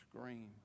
scream